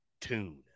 tune